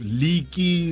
leaky